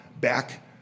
back